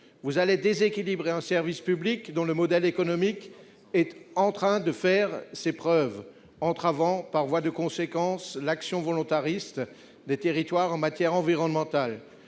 Vous allez déséquilibrer un service public dont le modèle économique est en train de faire ses preuves, entravant, par voie de conséquence, l'action volontariste des territoires en matière environnementale.